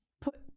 put